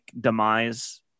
demise